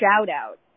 shout-out